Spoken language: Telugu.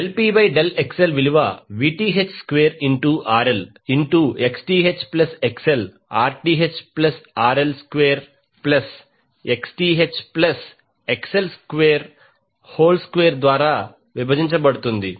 del P by del XL విలువ Vth square into RL into Xth plus XL Rth plus RL square plus Xth plus XL square whole square ద్వారా విభజించబడింది